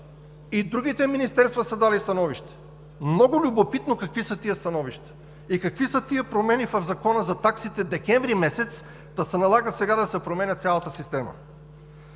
И другите министерства са дали становища. Много ми е любопитно какви са тези становища и какви са тези промени в Закона за таксите в декември месец, та се налага сега да се променя цялата система?